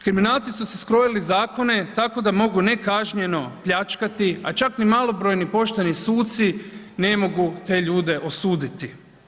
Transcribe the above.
Kriminalci su si skrojili zakone tako da mogu nekažnjeno pljačkati a čak ni malobrojni pošteni suci ne mogu te ljude osuditi.